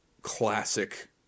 classic